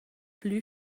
plü